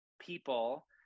people